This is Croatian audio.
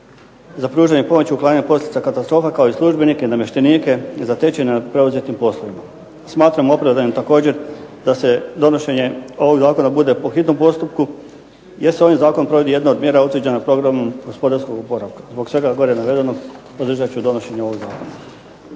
za pružanje pomoći u otklanjanju posljedica katastrofa kao i službenike i namještenike zatečene nad preuzetim poslovima. Smatram opravdanim također da se donošenje ovog zakona bude po hitnom postupku jer se ovim zakonom provodi jedna od mjera utvrđena Programom gospodarskog oporavka. Zbog svega gore navedenog podržat ću donošenje ovog zakona.